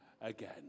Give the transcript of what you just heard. again